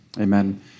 Amen